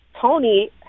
Tony